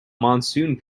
monsoon